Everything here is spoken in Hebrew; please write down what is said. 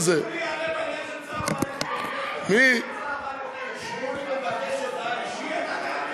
בכנסת צער בעלי-חיים, שמולי מבקש הודעה אישית.